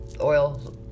oil